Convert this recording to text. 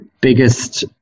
biggest